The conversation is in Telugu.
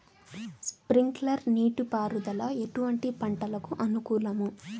స్ప్రింక్లర్ నీటిపారుదల ఎటువంటి పంటలకు అనుకూలము?